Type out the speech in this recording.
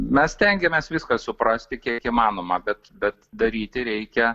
mes stengiamės viską suprasti kiek įmanoma bet bet daryti reikia